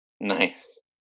Nice